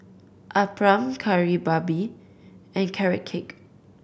appam Kari Babi and Carrot Cake